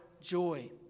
joy